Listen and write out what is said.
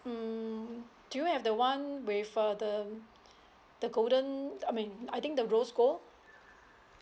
hmm do you have the one with uh the the golden I mean I think the rose gold